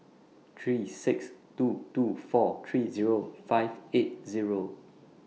three six two two four three Zero five eight Zero